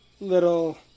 little